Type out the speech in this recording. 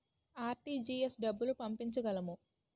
RTGS డబ్బులు పంపించగలము?